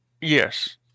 yes